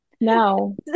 no